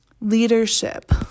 leadership